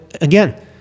again